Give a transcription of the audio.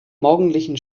morgendlichen